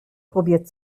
probiert